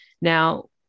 Now